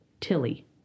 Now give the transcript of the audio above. Tilly